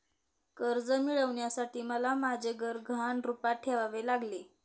कर्ज मिळवण्यासाठी मला माझे घर गहाण रूपात ठेवावे लागले